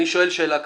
אני שואל שאלה: